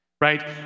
right